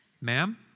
Ma'am